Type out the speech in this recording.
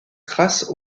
grâce